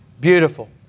Beautiful